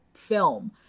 film